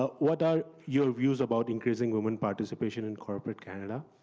ah what are your views about increasing women participation in corporate canada?